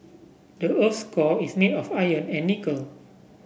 the earth's core is made of iron and nickel